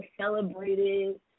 celebrated